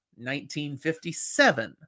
1957